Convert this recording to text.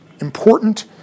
important